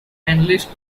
enlisted